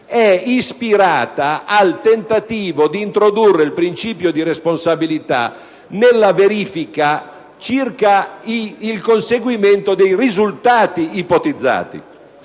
è ispirata al tentativo di introdurre il principio di responsabilità nella verifica circa il conseguimento dei risultati ipotizzati.